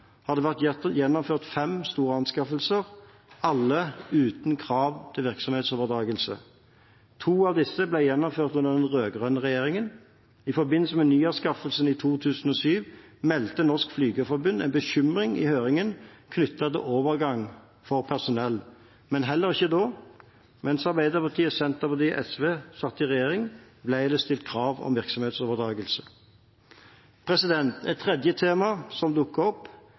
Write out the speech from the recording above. gjennomført fem store anskaffelser, alle uten krav til virksomhetsoverdragelse. To av disse ble gjennomført under den rød-grønne regjeringen. I forbindelse med nyanskaffelsen i 2007 meldte Norsk Flygerforbund en bekymring i høringen knyttet til overgang for personell, men heller ikke da, mens Arbeiderpartiet, Senterpartiet og SV satt i regjering, ble det stilt krav om virksomhetsoverdragelse. Et tredje tema som har dukket opp,